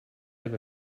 have